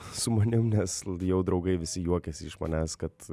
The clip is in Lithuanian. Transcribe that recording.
su manim nes jau draugai visi juokiasi iš manęs kad